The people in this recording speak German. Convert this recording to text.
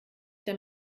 der